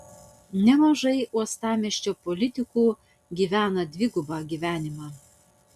nemažai uostamiesčio politikų gyvena dvigubą gyvenimą